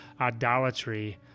idolatry